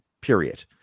period